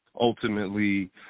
ultimately